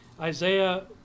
Isaiah